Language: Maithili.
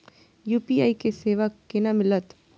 यू.पी.आई के सेवा केना मिलत?